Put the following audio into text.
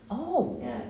oh